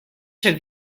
have